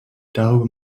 darüber